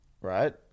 Right